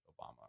obama